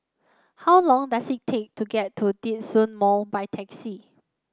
how long does it take to get to Djitsun Mall by taxi